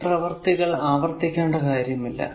ഈ പ്രവർത്തികൾ ആവർത്തിക്കേണ്ട കാര്യമില്ല